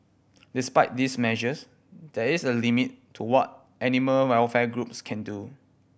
despite these measures there is a limit to what animal welfare groups can do